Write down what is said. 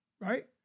right